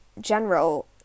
general